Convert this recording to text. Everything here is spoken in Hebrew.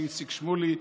לאיציק שמולי,